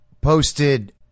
posted